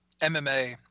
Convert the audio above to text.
MMA